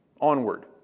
Onward